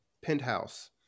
penthouse